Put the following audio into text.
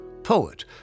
poet